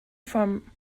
from